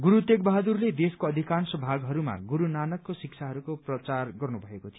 गुरु तेग बहादुरले देशको अधिकांश भागहरूमा गुरु नानकको शिक्षाहरूको प्रचार गर्नुभएको थियो